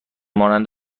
مانند